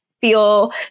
feel